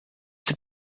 have